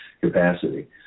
capacity